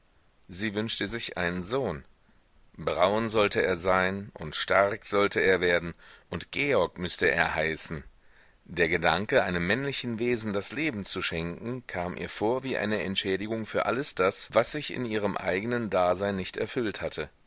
sie wünschte sich einen sohn braun sollte er sein und stark sollte er werden und georg müßte er heißen der gedanke einem männlichen wesen das leben zu schenken kam ihr vor wie eine entschädigung für alles das was sich in ihrem eigenen dasein nicht erfüllt hatte